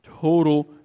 total